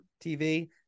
TV